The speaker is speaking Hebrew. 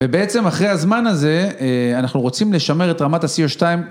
ובעצם אחרי הזמן הזה, אנחנו רוצים לשמר את רמת ה-CO2